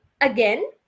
Again